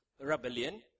rebellion